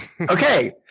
Okay